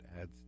adds